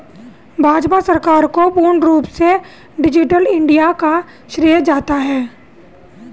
भाजपा सरकार को पूर्ण रूप से डिजिटल इन्डिया का श्रेय जाता है